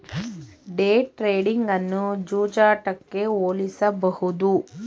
day trading ಅನ್ನು ಜೂಜಾಟಕ್ಕೆ ಹೋಲಿಸಬಹುದು